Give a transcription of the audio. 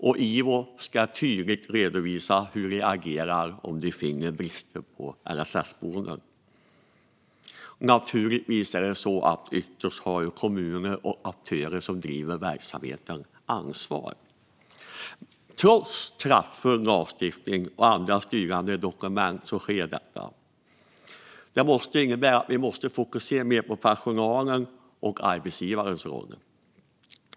Och IVO ska redovisa tydligt hur de agerar om de finner brister på LSS-boenden. Naturligtvis har kommuner och aktörer som driver verksamheten det yttersta ansvaret. Trots kraftfull lagstiftning och andra styrande dokument sker detta. Det måste innebära att vi måste fokusera mer på personalen och på arbetsgivarens roll.